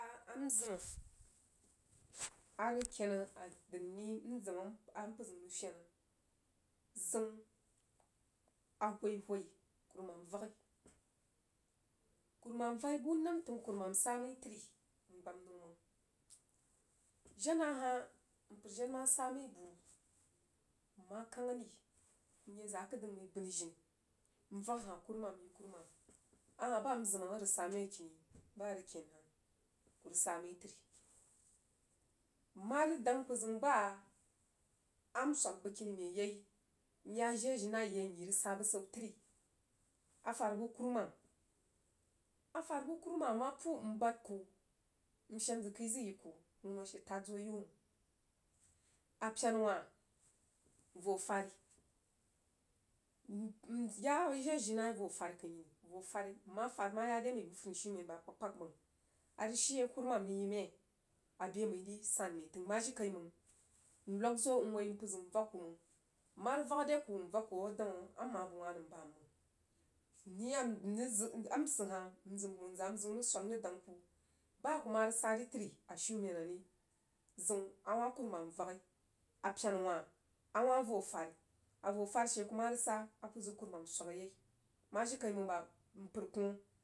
Aanzim arəg kena dri məiri azim mpər zəunrəg fen, zəun a whoi whoi kerumam vaghi mgbam nəu məng jena hah mpər jen ma ja məi bu mma kangari nye zəg akəd dəng məi bənijini muak hah kwumah nyi kuramama hah ban zim a rəg sa mea kini ba rəg ken hah, kurəg sa məi təri mma rəg deng mpər zəun ba m swag bəskini məi yei n ya jiri ajinai yei nyi rəg sa bəsau təri. Afarbu kwumam a far bu kwumam ama puu m bad kun shien zəg kəi zəg yi ku wunə she fad zo rəg yi wu. A pena wah vo fari n ya jiri ajina bəs zo fari kəi nhini mma fad ma ya re məi bu funishumen ba kpagkpag məng arəg shina kurumam rəg yi məi abe məi ri san məi fəng ma jirikaiməng n nog zom woi mpər zəun nvak ku məng mma rəg vak re ku m vak ku daun a m ma bəg wah nəm bam məng m iya rəgsid a sid hah nzəg wunza məi zəun rəg swag n dang kubaa ku ma rəg sa di təi a shinme ari, zəun a wah kurumam vagha. A pena wah a wah vo fari. Avo fari she kuma rəg sa aku zəg kuruma swag yei ma jiri kai məng ba mpərkoh.